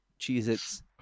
Cheez-Its